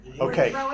Okay